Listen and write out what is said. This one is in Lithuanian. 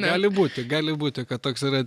gali būti gali būti kad toks yra